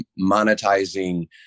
monetizing